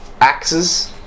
axes